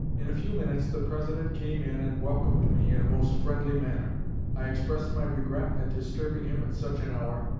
in a few minutes the president came in and welcomed me in a most friendly manner i expressed my regret at disturbing him at such an hour.